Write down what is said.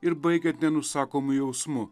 ir baigiant nenusakomu jausmu